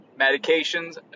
medications